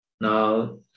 now